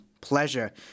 pleasure